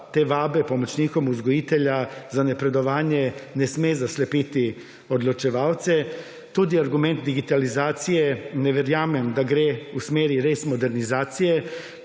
te vabe pomočnikom vzgojitelja za napredovanje ne sme zaslepiti odločevalce tudi argument digitalizacije, ne verjamem, da gre v smeri res modernizacije,